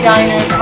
Diner